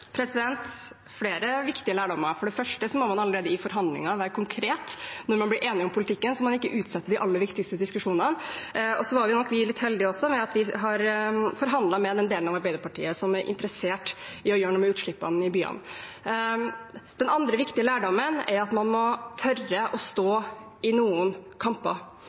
flere viktige lærdommer. For det første må man allerede i forhandlingene være konkret når man blir enige om politikken, så man ikke utsetter de aller viktigste diskusjonene. Så var nok vi også litt heldige med at vi har forhandlet med den delen av Arbeiderpartiet som er interessert i å gjøre noe med utslippene i byene. Den andre viktige lærdommen er at man må tørre å stå i noen kamper.